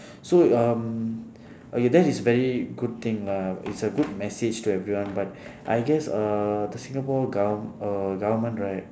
so um okay that is very good thing lah it's a good message to everyone but I guess uh the singapore govern~ err government right